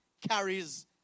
carries